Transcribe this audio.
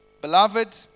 Beloved